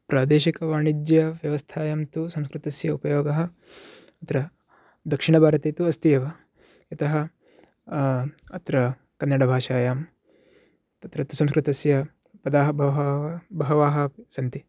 प्रादेशिकवाणिज्यव्यवस्थायां तु संस्कृतस्य उपयोगः अत्र दक्षिणभारते तु अस्ति एव अतः अत्र कन्नडभाषायां तत्र तु संस्कृतस्य पदाः बवहः बहवः सन्ति